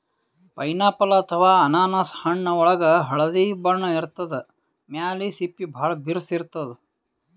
pineapple ಅಥವಾ ಅನಾನಸ್ ಹಣ್ಣ್ ಒಳ್ಗ್ ಹಳ್ದಿ ಬಣ್ಣ ಇರ್ತದ್ ಮ್ಯಾಲ್ ಸಿಪ್ಪಿ ಭಾಳ್ ಬಿರ್ಸ್ ಇರ್ತದ್